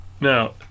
Now